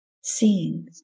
seeing